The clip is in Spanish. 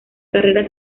carrera